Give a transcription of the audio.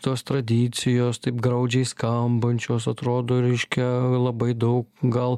tos tradicijos taip graudžiai skambančios atrodo reiškia labai daug gal